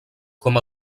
com